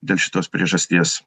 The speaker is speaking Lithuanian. dėl šitos priežasties